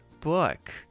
book